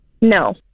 No